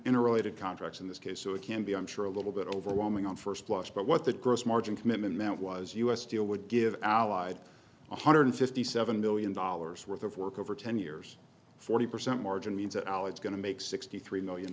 to contracts in this case so it can be i'm sure a little bit overwhelming on first blush but what the gross margin commitment meant was u s steel would give allied one hundred fifty seven million dollars worth of work over ten years forty percent margin means at all it's going to make sixty three million